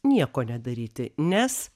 nieko nedaryti nes